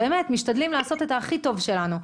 באמת משתדלים לעשות את ההכי טוב שלנו,